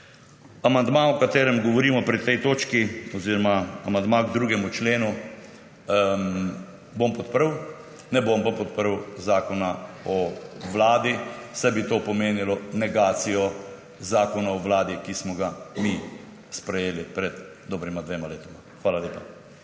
amandma, o katerem govorimo pri tej točki, oziroma amandma k 2. členu bom podprl, ne bom pa podprl zakona o vladi, saj bi to pomenilo negacijo zakona o vladi, ki smo ga mi sprejeli pred dobrima dvema letoma. Hvala lepa.